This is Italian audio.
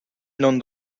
non